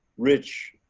rich,